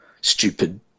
stupid